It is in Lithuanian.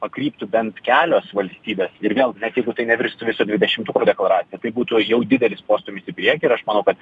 pakryptų bent kelios valstybės ir vėl net jeigu tai nevirstų viso dvidešimtuko deklaracija tai būtų jau didelis postūmis į priekį ir aš manau kad